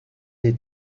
des